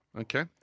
Okay